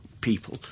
people